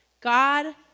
God